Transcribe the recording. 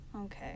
Okay